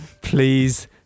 Please